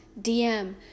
DM